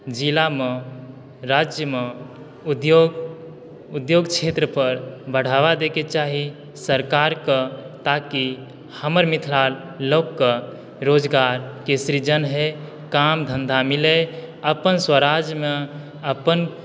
जिलामे राज्यमे उद्योग उद्योग क्षेत्र पर बढ़ावा दै के चाही सरकार के ताकि हमर मिथिला लोकके रोजगारके सृजन होइ काम धन्धा मिलै अपन स्वराज्यमे अपन